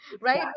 right